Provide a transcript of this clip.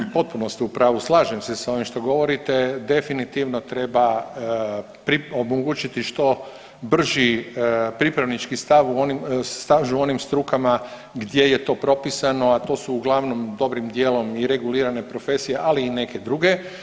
U potpunosti ste u pravu, slažem se s ovim što govorite definitivno treba omogućiti što brži pripravnički staž u onim strukama gdje je to propisano, a to su uglavnom dobrim dijelom i regulirane profesije, ali i neke druge.